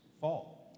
fall